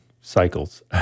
cycles